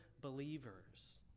believers